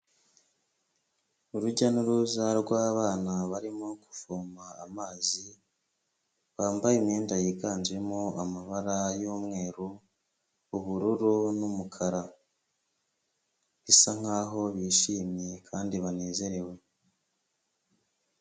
Urujya n'uruza rw'abana barimo kuvoma amazi, bambaye imyenda yiganjemo amabara y'umweru, ubururu n'umukara, bisa nkaho bishimye kandi banezerewe.